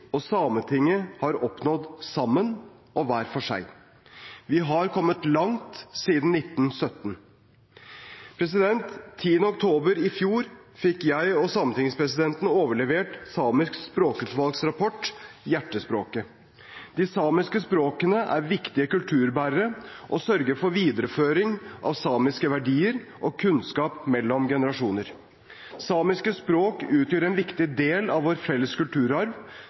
og Sametinget har oppnådd – sammen og hver for seg. Vi har kommet langt siden 1917. Den 10. oktober i fjor fikk jeg og sametingspresidenten overlevert Samisk språkutvalgs rapport Hjertespråket. De samiske språkene er viktige kulturbærere og sørger for videreføring av samiske verdier og kunnskap mellom generasjoner. Samiske språk utgjør en viktig del av vår felles kulturarv,